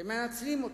ומנצלים אותו,